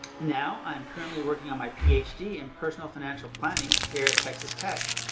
now i am currently working on my ph d. in personal financial planning here at texas tech.